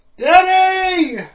Daddy